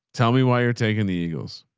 tell me why you're taking the eagles.